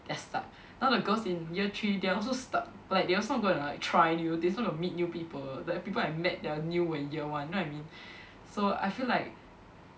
they're stuck now the girls in year three they're also stuck like they also want to go and like try new things want to meet new people like the people I met they are new when year one you know what I mean so I feel like